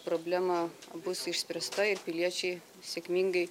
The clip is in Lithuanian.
problema bus išspręsta ir piliečiai sėkmingai